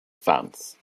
fans